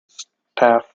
staff